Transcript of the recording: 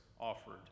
offered